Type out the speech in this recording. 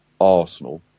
Arsenal